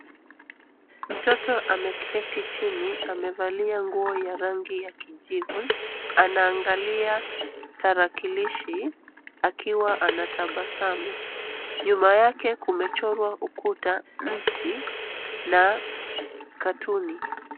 Mtoto ameketi chini, amevalia nguo ya rangi ya kijivu, anaangalia tarakilishi akiwa anatabasamu. Nyuma yake kumechorwa ukuta, mti na cartoon .